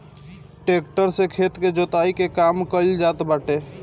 tractor से खेत के जोताई के काम कइल जात बाटे